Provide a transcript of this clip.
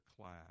class